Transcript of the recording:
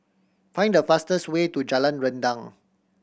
find the fastest way to Jalan Rendang